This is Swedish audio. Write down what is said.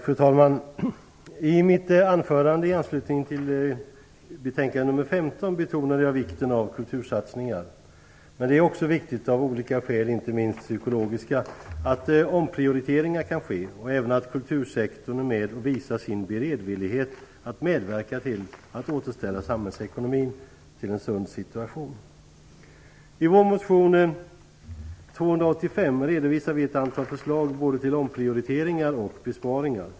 Fru talman! I mitt anförande i anslutning till betänkande KrU15 betonade jag vikten av kultursatsningar. Men det är också viktigt av olika skäl, inte minst psykologiska, att omprioriteringar kan ske och även att kultursektorn är med och visar sin beredvillighet att medverka till att återställa samhällsekonomin till en sund situation. I vår motion Kr285 redovisar vi ett antal förslag både till omprioriteringar och besparingar.